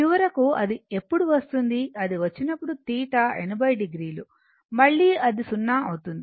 చివరకు అది ఎప్పుడు వస్తుంది అది వచ్చినప్పుడు θ 80 o మళ్ళీ అది 0 అవుతుంది